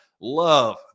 love